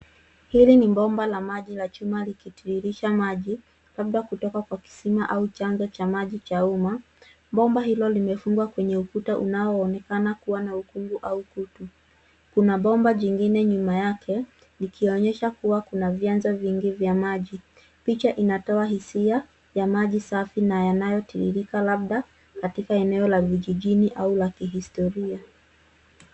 Hili ni bomba la maji la chuma likitiririsha maji, labda kutoka kwa kisima au chanzo cha maji cha uma, bomba hilo limefungwa kwenye ukuta unao onekana kuwa na ukundu au ukutu. Kuna bomba jingine nyuma yake, likionyesha kuwa kuna vyanzo vingi vya maji. Picha inatoa hisia ya maji safi na yanayo tiririka labda katika eneo la vijijini au la kihistoria.